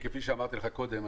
כפי שאמרתי לך קודם,